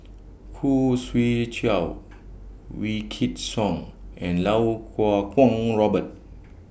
Khoo Swee Chiow Wykidd Song and Iau Kuo Kwong Robert